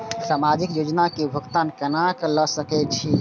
समाजिक योजना के भुगतान केना ल सके छिऐ?